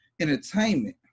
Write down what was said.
Entertainment